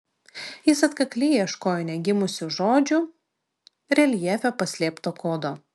jis atkakliai ieškojo negimusių žodžių reljefe paslėpto kodo